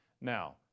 Now